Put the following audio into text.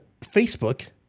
Facebook